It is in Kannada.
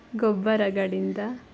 ಗೊಬ್ಬರಗಳಿಂದ